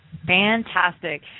Fantastic